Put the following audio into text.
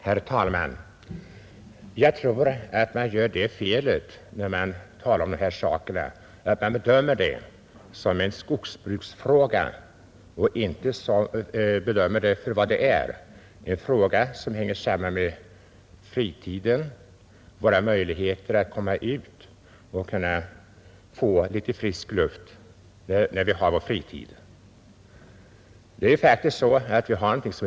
Herr talman! Jag tror att man i den här debatten gör det felet att man bedömer saken som en skogsbruksfråga och inte efter vad den är, en fråga som hänger samman med fritiden — våra möjligheter att komma ut och få litet frisk luft under vår fritid. Vi har ju någonting som.